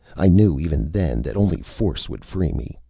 i knew even then that only force would free me.